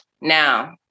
Now